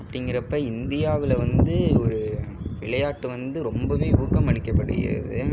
அப்படிங்கறப்ப இந்தியாவில் வந்து ஒரு விளையாட்டு வந்து ரொம்பவே ஊக்கமளிக்கப்படுகிறது